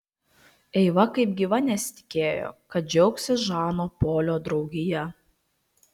eiva kaip gyva nesitikėjo kad džiaugsis žano polio draugija